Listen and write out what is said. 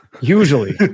Usually